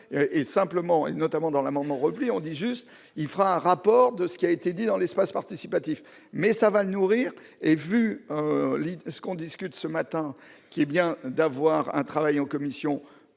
et simplement et notamment dans l'amendement repris, on dit juste : il fera un rapport de ce qui a été dit dans l'espace participatif, mais ça va nourrir et vu parce qu'on discute ce matin qui est bien d'avoir un travail en commission,